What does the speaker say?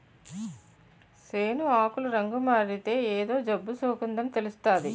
సేను ఆకులు రంగుమారితే ఏదో జబ్బుసోకిందని తెలుస్తాది